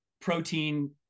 protein